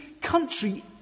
country